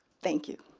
thank you.